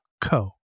co